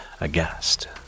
aghast